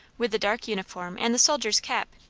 with the dark uniform and the soldier's cap.